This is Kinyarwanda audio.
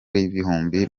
bihumbi